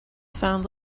found